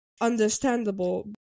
understandable